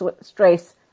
stress